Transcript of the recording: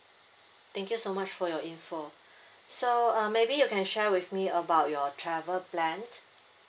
thank you so much for your info so uh maybe you can share with me about your travel plan